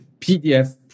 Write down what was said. PDF